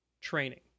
training